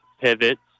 pivots